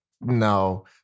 no